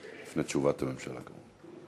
לפני תשובת הממשלה כמובן.